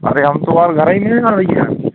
अरे हम तुमार घरै नइ आ भइया